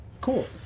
Cool